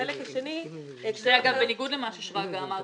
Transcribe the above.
אגב, זה בניגוד למה ששרגא אמר.